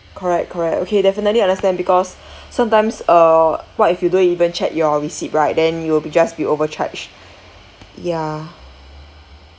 correct correct okay definitely understand because sometimes uh what if you don't even check your receipt right then you will be just be overcharged ya